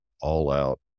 all-out